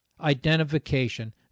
identification